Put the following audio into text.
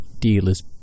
dealers